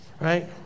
right